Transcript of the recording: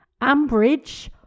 Ambridge